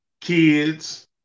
kids